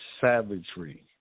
savagery